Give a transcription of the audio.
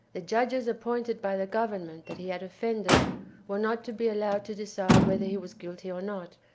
the judges appointed by the government that he had offended were not to be allowed to decide whether he was guilty or not.